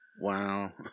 Wow